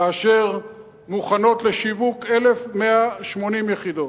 כאשר מוכנות לשיווק 1,180 יחידות.